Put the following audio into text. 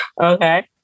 Okay